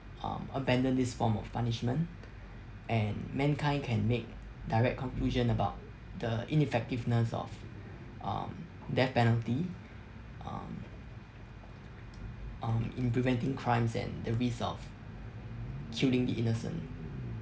um abandoned this form of punishment and mankind can make direct conclusion about the ineffectiveness of um death penalty um um in preventing crimes and the risk of killing the innocent